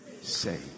say